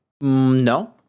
No